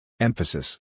Emphasis